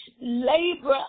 labor